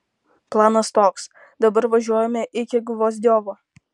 planas toks dabar važiuojame iki gvozdiovo